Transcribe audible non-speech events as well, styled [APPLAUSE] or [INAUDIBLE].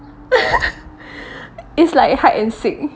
[LAUGHS] it's like hide and seek